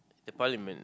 the parliament